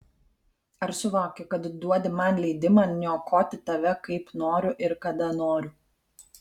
ar suvoki kad duodi man leidimą niokoti tave kaip noriu ir kada noriu